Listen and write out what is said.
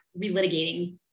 relitigating